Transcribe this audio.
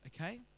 Okay